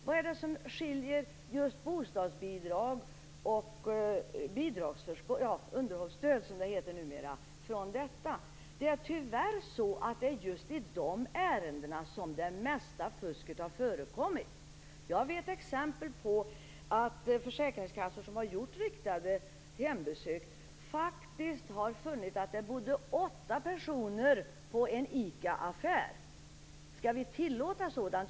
Vad är det som skiljer bostadsbidrag och underhållsstöd, som det heter numera, från detta? Det är tyvärr så att det är i just de ärendena som det mesta fusket har förekommit. Jag vet exempel på att en försäkringskassa som har gjort riktade hembesök faktiskt har funnit att det bodde åtta personer på en ICA-affär. Skall vi tillåta sådant?